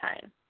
time